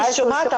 נכון,